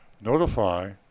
notify